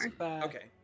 Okay